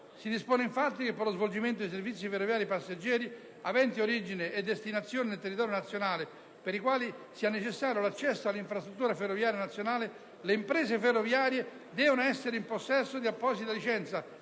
Si dispone, infatti, che per lo svolgimento di servizi ferroviari passeggeri aventi origine e destinazione nel territorio nazionale, per i quali sia necessario l'accesso all'infrastruttura ferroviaria nazionale, le imprese ferroviarie debbano essere in possesso di apposita licenza